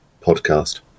podcast